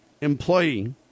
employee